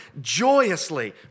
joyously